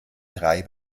drei